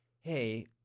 hey